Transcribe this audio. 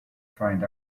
find